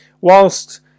whilst